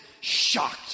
shocked